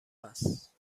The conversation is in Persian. است